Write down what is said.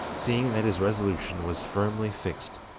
seeing that his resolution was firmly fixed,